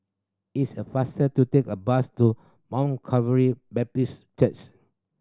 it's a faster to take a bus to Mount Calvary Baptist Church